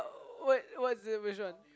what what's the which one